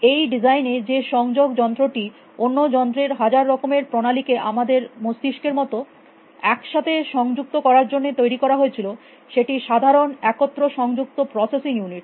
এই ডিজাইনেযে সংযোগ যন্ত্রটি অন্য যন্ত্রের হাজার রকমের প্রণালীকে আমাদের মস্তিস্কের মত একসাথে সংযুক্ত করার জন্য তৈরী করা হয়েছিল সেটি সাধারণ একত্র সংযুক্ত প্রসেসিং ইউনিট